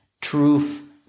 truth